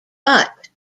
but